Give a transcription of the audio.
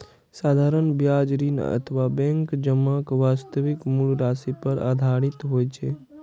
साधारण ब्याज ऋण अथवा बैंक जमाक वास्तविक मूल राशि पर आधारित होइ छै